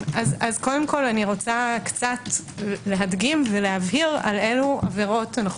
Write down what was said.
אני רוצה להדגים ולהבהיר על אילו עבירות אנחנו